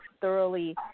thoroughly